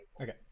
Okay